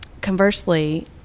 conversely